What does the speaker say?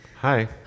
Hi